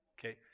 Okay